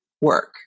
work